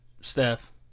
Steph